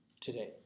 today